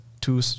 two